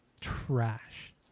trash